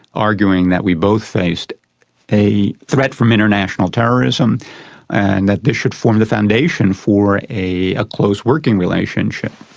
arguing that we both faced a threat from international terrorism and that this should form the foundation for a a close working relationship.